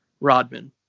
Rodman